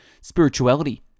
Spirituality